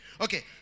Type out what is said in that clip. Okay